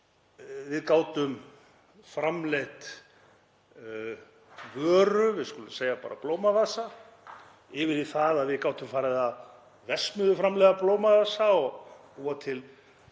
við gátum framleitt vöru, við skulum segja bara blómavasa, yfir í það að við gátum farið að verksmiðjuframleiða blómavasa og búa til